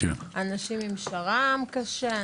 אנשים עם שר"ם קשה,